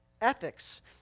ethics